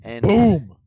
Boom